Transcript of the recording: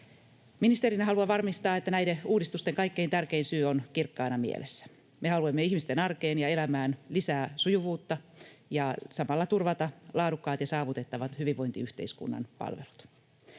Ministerinä haluan varmistaa, että näiden uudistusten kaikkein tärkein syy on kirkkaana mielessä: me haluamme ihmisten arkeen ja elämään lisää sujuvuutta ja samalla turvata laadukkaat ja saavutettavat hyvinvointiyhteiskunnan palvelut.